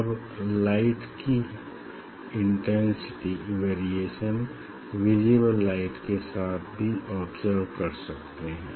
हम लाइट की intensity variation visible light के साथ भी ऑब्ज़र्व कर सकते हैं